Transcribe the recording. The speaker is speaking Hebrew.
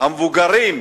המבוגרים,